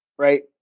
right